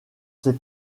ses